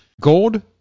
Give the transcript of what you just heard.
Gold